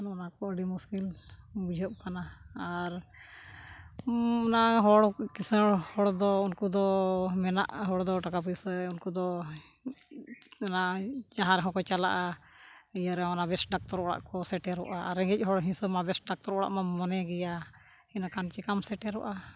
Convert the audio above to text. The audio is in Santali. ᱚᱱᱟ ᱠᱚ ᱟᱹᱰᱤ ᱢᱩᱥᱠᱤᱞ ᱵᱩᱡᱷᱟᱹᱜ ᱠᱟᱱᱟ ᱟᱨ ᱚᱱᱟ ᱦᱚᱲ ᱠᱤᱥᱟᱹᱲ ᱦᱚᱲ ᱫᱚ ᱩᱱᱠᱩ ᱫᱚ ᱢᱮᱱᱟᱜ ᱦᱚᱲ ᱫᱚ ᱴᱟᱠᱟ ᱯᱚᱭᱥᱟᱹ ᱩᱱᱠᱩ ᱫᱚ ᱚᱱᱟ ᱡᱟᱦᱟᱸ ᱨᱮᱦᱚᱸ ᱠᱚ ᱪᱟᱞᱟᱜᱼᱟ ᱤᱭᱟᱹᱨᱮ ᱚᱱᱟ ᱵᱮᱥ ᱰᱟᱠᱛᱚᱨ ᱚᱲᱟᱜ ᱠᱚ ᱥᱮᱴᱮᱨᱚᱜᱼᱟ ᱨᱮᱸᱜᱮᱡ ᱦᱚᱲ ᱦᱤᱥᱟᱹᱢᱟ ᱵᱮᱥ ᱰᱟᱠᱛᱚᱨ ᱚᱲᱟᱜᱼᱢᱟ ᱢᱚᱱᱮ ᱜᱮᱭᱟ ᱤᱱᱟᱹᱠᱷᱟᱱ ᱪᱤᱠᱟᱹᱢ ᱥᱮᱴᱮᱨᱚᱜᱼᱟ